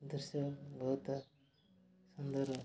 ଦୃଶ୍ୟ ବହୁତ ସୁନ୍ଦର